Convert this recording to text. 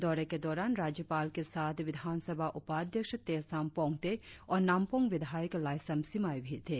दौरे के दौरान राज्यपाल के साथ विधानसभा उपाध्यक्ष तेसाम पोंगते और नामपोंग विधायक लाइसम सिमाई भी थे